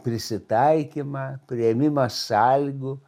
prisitaikymą priėmimą sąlygų